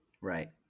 right